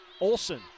Olson